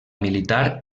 militar